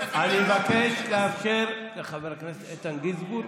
אני מבקש לאפשר לחבר הכנסת איתן גינזבורג,